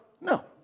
No